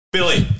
Billy